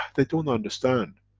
they don't understand